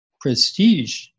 prestige